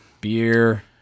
Beer